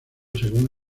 según